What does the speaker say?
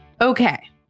Okay